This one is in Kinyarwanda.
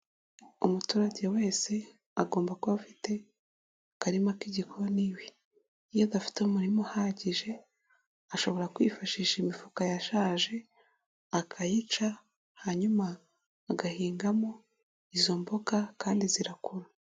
Umuturage wese agomba kuba afite akarima k'igikoni iwe, iyo adafite umurima uhagije ashobora kwifashisha imifuka yashaje akayica hanyuma agahingamo izo mboga kandi zirakura.